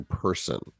person